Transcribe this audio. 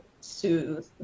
soothe